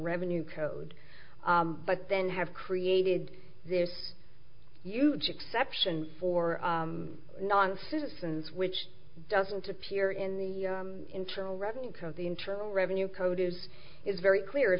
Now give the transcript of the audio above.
revenue code but then have created this huge exception for non citizens which doesn't appear in the internal revenue code the internal revenue code is is very clear